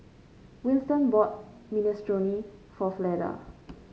Winton bought Minestrone for Fleda